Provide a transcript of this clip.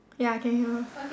ya I can hear her